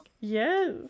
Yes